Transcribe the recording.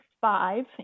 five